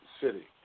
City